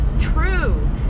true